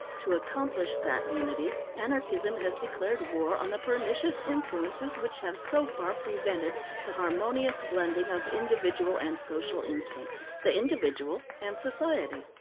to accomplish that unity, anarchism has declared war on the pernicious influences which have so far prevented the harmonious blending of individual and social instincts, the individual and society.